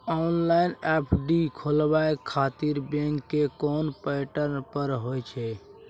Online FD खोलाबय खातिर bank के कोन पोर्टल पर होए छै?